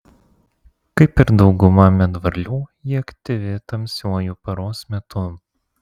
kaip ir dauguma medvarlių ji aktyvi tamsiuoju paros metu